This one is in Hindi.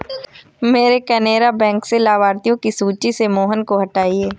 मेरे केनरा बैंक से लाभार्थियों की सूची से मोहन को हटाइए